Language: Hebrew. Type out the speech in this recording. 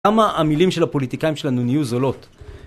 למה המילים של הפוליטיקאים שלנו נהיו זולות?